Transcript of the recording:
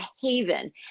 haven